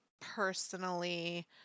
personally